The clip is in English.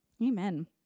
Amen